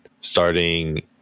starting